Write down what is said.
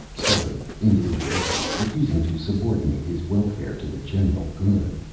stubborn, individualistic, refusing to subordinate his welfare to the general good.